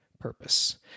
purpose